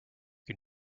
can